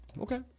Okay